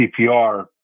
CPR